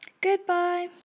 Goodbye